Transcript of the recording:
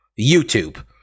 YouTube